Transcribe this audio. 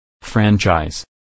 Franchise